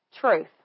truth